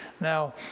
Now